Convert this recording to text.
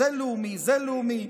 זה לאומי, זה לאומי.